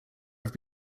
have